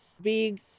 big